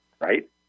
right